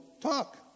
talk